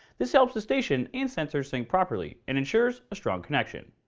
this helps the station and sensor sync properly and ensures a strong connection.